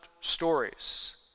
stories